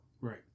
right